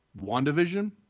WandaVision